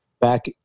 Back